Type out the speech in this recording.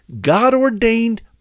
God-ordained